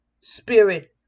spirit